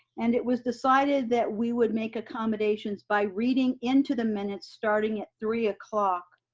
and it was decided that we would make accommodations by reading into the minutes starting at three o'clock,